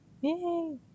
Yay